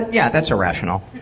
yeah, that's irrational.